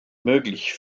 möglich